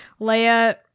Leia